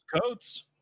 coats